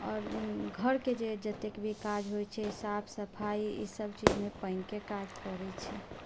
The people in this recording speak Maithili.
आओर घरके जते जे भी काज होइत छै साफ सफाइ ई सब चीजमे पानिके काज पड़ैत छै